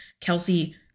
kelsey